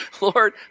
Lord